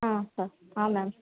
ಹಾಂ ಸರ್ ಹಾಂ ಮ್ಯಾಮ್